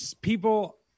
people